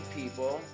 people